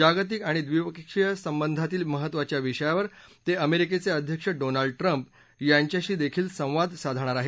जागतिक आणि द्वीपक्षीय संबंधातील महत्त्वाच्या विषयावर ते अमेरिकेचे अध्यक्ष डोनाल्ड ट्रम्प यांच्याशी देखील संवाद साधणार आहेत